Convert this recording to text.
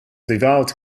devout